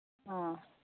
ꯑ